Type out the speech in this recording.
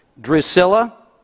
Drusilla